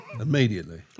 immediately